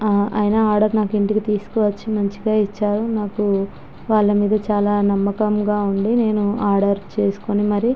ఆయన ఆర్డర్ నాకు ఇంటికి తీసుకువచ్చి మంచిగా ఇచ్చారు నాకు వాళ్ళ మీద చాల నమ్మకముగా ఉండి నేను ఆర్డర్ చేసుకొని మరీ